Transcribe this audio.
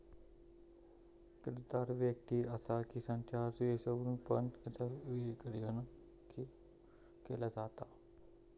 कर्जदार व्यक्ति असा कि संस्था यावरुन पण कर्जाचा वर्गीकरण केला जाता